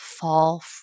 fall